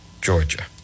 Georgia